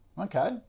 Okay